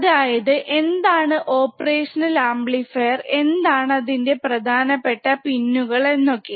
അതായത് എന്താണ് ഓപ്പറേഷനിൽ ആംപ്ലിഫയർ എന്താണ് അതിൻറെ പ്രധാനപ്പെട്ട പിന്നുകൾ എന്നൊക്കെ